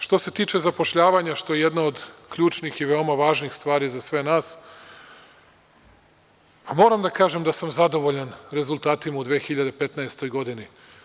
Što se tiče zapošljavanja što je jedna od ključnih veoma važnih stvari za sve nas, moram da kažem da sam zadovoljan rezultatima u 2015. godini.